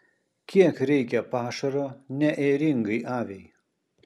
kiek reikia pašaro neėringai aviai